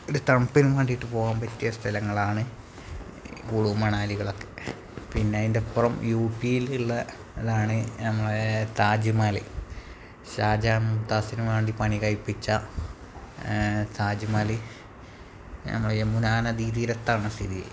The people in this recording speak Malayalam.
ഒരു തണുപ്പിന് വേണ്ടിയിട്ട് പോകാൻ പറ്റിയ സ്ഥലങ്ങളാണ് കുളു മണാലികളൊക്കെ പിന്നതിന്റപ്പുറം യു പിയിലുള്ളതാണ് നമ്മളെ താജ്മഹല് ഷാജഹാൻ മൂംതാസിന് വേണ്ടി പണി കഴിപ്പിച്ച താജ്മഹല് നമ്മുടെ യമുനാ നദി തീരത്താണ് സ്ഥിതി ചെയ്യുന്നത്